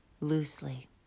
loosely